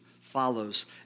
follows